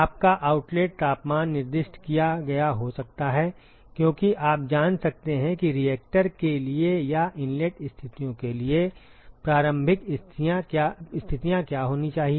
आपका आउटलेट तापमान निर्दिष्ट किया गया हो सकता है क्योंकि आप जान सकते हैं कि रिएक्टर के लिए या इनलेट स्थितियों के लिए प्रारंभिक स्थितियां क्या होनी चाहिए